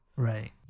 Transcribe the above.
right